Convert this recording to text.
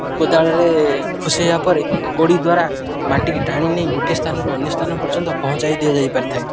କୋଦାଳରେ ଖୁସିବା ପରେ କୋଡ଼ି ଦ୍ୱାରା ମାଟିକୁ ଟାଣି ନେଇ ଗୋଟିଏ ସ୍ଥାନରୁ ଅନ୍ୟ ସ୍ଥାନ ପର୍ଯ୍ୟନ୍ତ ପହଞ୍ଚାଇ ଦିଆଯାଇପାରିଥାଏ